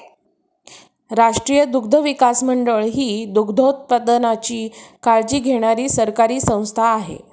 राष्ट्रीय दुग्धविकास मंडळ ही दुग्धोत्पादनाची काळजी घेणारी सरकारी संस्था आहे